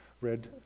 read